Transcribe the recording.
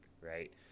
right